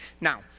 Now